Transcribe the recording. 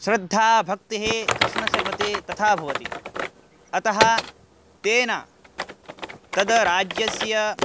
श्रद्धा भक्तिः कृष्णस्य प्रति तथा भवति अतः तेन तद् राज्यस्य